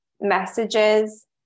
messages